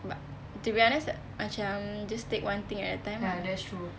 but to be honest macam just take one thing at a time ah